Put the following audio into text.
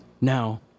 Now